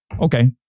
Okay